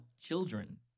children